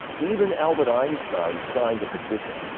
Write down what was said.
even albert einstein signed a petition.